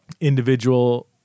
individual